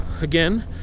again